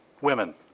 women